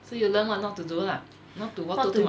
not to